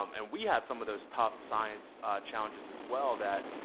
um and, we have some of those tough science challenges as well that,